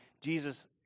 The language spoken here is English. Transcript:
Jesus